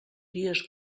dies